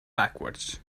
backwards